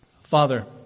Father